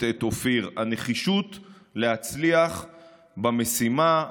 את אופיר: הנחישות להצליח במשימה,